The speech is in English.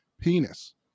penis